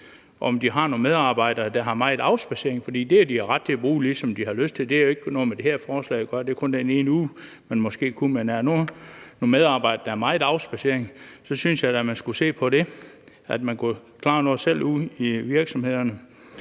om de har nogle medarbejdere, der har meget afspadsering, for det har de jo ret til at bruge, ligesom de har lyst til; det har jo ikke noget med det her forslag at gøre, som kun drejer sig om den ene uge, man kunne gøre det. Men er der nogle medarbejdere, der har meget afspadsering, så synes jeg da, at man skulle se på det, altså at man kunne klare noget selv ude i virksomhederne.